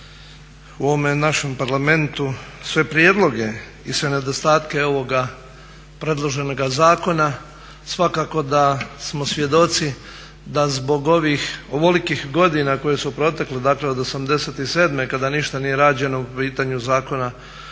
u ovome našemu Parlamentu sve prijedloge i sve nedostatke ovoga predloženoga zakona svakako da smo svjedoci da zbog ovih ovolikih godina koje su protekle, dakle od 87.kada ništa nije rađeno po pitanju Zakona